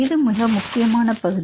இது மிக முக்கியமான பகுதி